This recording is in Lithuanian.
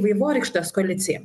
vaivorykštės koalicija